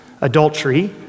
adultery